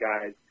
guys